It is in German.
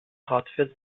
hardware